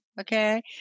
okay